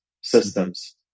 systems